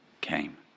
came